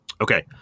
Okay